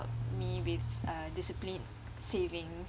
me with uh disciplined saving